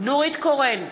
נורית קורן,